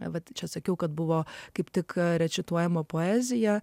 vat čia sakiau kad buvo kaip tik recituojama poeziją